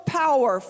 power